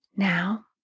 Now